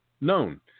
known